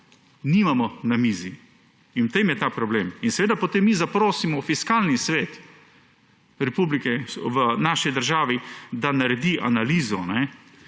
nimamo na mizi, in v tem je ta problem. Seveda, potem mi zaprosimo Fiskalni svet v naši državi, da naredi analizo.